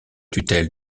tutelle